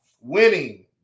winning